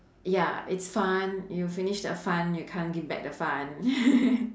ya it's fun you finish the fun you can't give back the fun